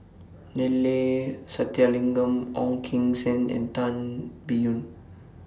Neila Sathyalingam Ong Keng Sen and Tan Biyun